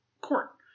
court